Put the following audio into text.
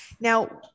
Now